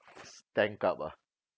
stank up ah